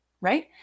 Right